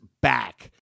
back